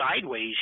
sideways